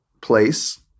place